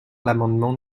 l’amendement